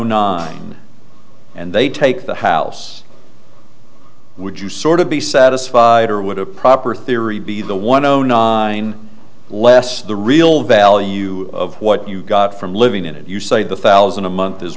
nine and they take the house would you sort of be satisfied or would a proper theory be the one zero nine less the real value of what you got from living in it you say the thousand a month is